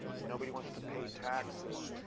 and nobody wants to pay taxes.